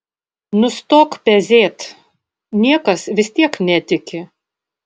nustok pezėt niekas vis tiek netiki